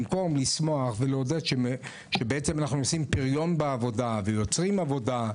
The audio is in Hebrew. במקום לשמוח ולעודד שאנחנו עושים פריון בעבודה ויוצרים עבודה,